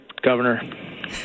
Governor